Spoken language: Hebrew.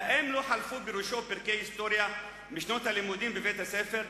האם לא חלפו בראשו פרקי היסטוריה משנות הלימודים בבית-הספר?